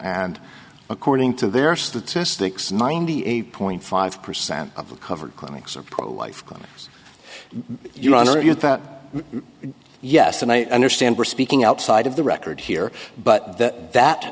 and according to their statistics ninety eight point five percent of the covered clinics are pro life clinics you know yes and i understand we're speaking outside of the record here but that that